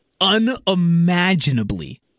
unimaginably